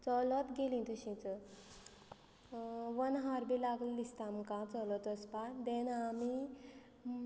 चलत गेली तशीच वन हार बी लागलें दिसता आमकां चलत वचपाक देन आमी